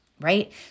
right